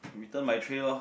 to return my tray lor